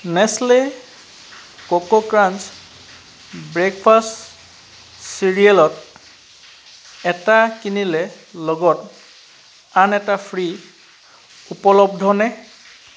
Nestle coco crunch breakfast চিৰিয়েলত 'এটা কিনিলে লগত আন এটা ফ্ৰী ' উপলব্ধনে